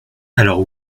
alors